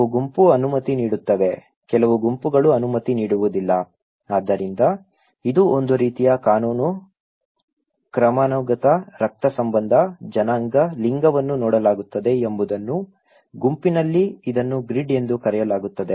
ಕೆಲವು ಗುಂಪು ಅನುಮತಿ ನೀಡುತ್ತವೆ ಕೆಲವು ಗುಂಪುಗಳು ಅನುಮತಿ ನೀಡುವುದಿಲ್ಲ ಆದ್ದರಿಂದ ಇದು ಒಂದು ರೀತಿಯ ಕಾನೂನು ಕ್ರಮಾನುಗತ ರಕ್ತಸಂಬಂಧ ಜನಾಂಗ ಲಿಂಗವನ್ನು ನೋಡಲಾಗುತ್ತದೆ ಎಂಬುದನ್ನು ಗುಂಪಿನಲ್ಲಿ ಇದನ್ನು ಗ್ರಿಡ್ ಎಂದು ಕರೆಯಲಾಗುತ್ತದೆ